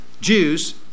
Jews